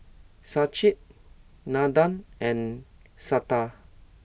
Sachin Nandan and Santha